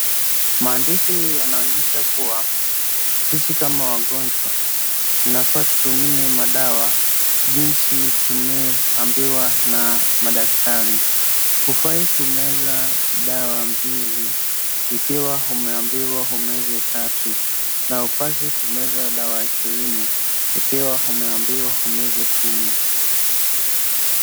Maandishi yanaonyesha kuwa sisi kama wagonjwa, tunafaa tutumie madawa jinsi tumeambiwa na madaktari, hufai kumeza dawa mbili ikiwa umeambiwa umeza tatu, na hupaswi kumeza dawa ishirini ikiwa umeambiwa umeze kumi.